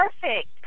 perfect